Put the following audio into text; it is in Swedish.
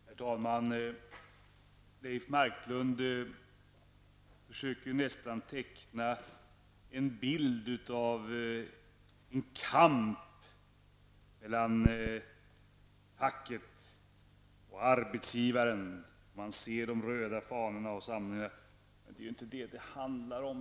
Herr talman! Man får nästan ett intryck av att Leif Marklund försöker teckna en bild av en kamp mellan facket och arbetsgivaren. Man riktigt kan ana de röda fanorna. Men, Leif Marklund, det är inte det som det här handlar om.